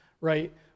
right